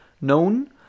known